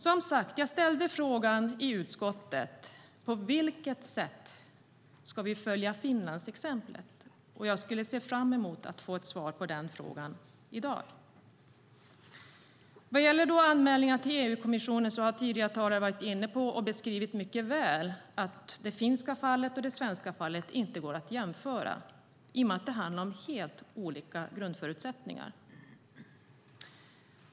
Jag ställde frågan i utskottet: På vilket sätt ska vi följa Finlandsexemplet? Jag ser fram emot att få ett svar på den frågan i dag. Vad gäller anmälningar till EU-kommissionen har tidigare talare beskrivit mycket väl att det finska fallet och det svenska fallet inte kan jämföras i och med att det handlar om helt olika grundförutsättningar.